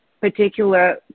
particular